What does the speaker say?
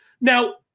Now